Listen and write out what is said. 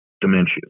dementia